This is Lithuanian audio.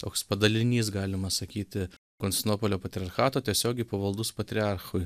toks padalinys galima sakyti konstinopolio patriarchato tiesiogiai pavaldus patriarchui